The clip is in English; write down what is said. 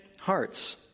hearts